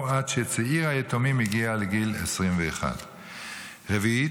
או עד שצעיר היתומים הגיע לגיל 21. רביעית,